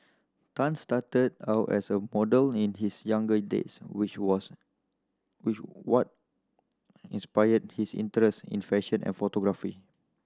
Tan started out as a model in his younger days which was which what inspired his interest in fashion and photography